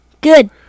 Good